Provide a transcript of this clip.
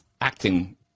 acting